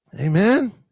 Amen